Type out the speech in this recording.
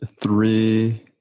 three